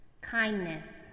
Kindness